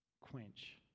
quench